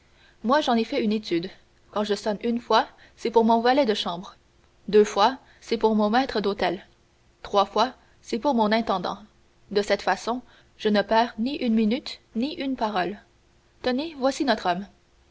moi j'en ai fait une étude quand je sonne une fois c'est pour mon valet de chambre deux fois c'est pour mon maître d'hôtel trois fois c'est pour mon intendant de cette façon je ne perds ni une minute ni une parole tenez voici notre homme